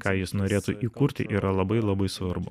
ką jis norėtų įkurti yra labai labai svarbu